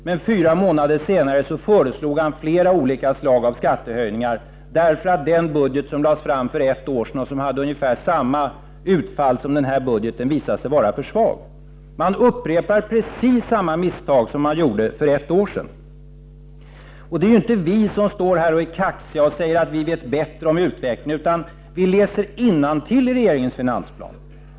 Men fyra månader senare föreslog han flera olika slag av skattehöjningar, därför att den budget som lades fram för ett år sedan och som hade ungefär samma utfall som denna budget visade sig vara för svag. Man upprepar precis samma misstag som man gjorde för ett år sedan. Det är inte vi som står här och är kaxiga och säger att vi vet bättre i fråga om utvecklingen, utan vi läser innantill i regeringens finansplan.